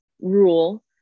rule